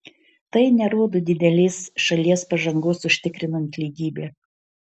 tai nerodo didelės šalies pažangos užtikrinant lygybę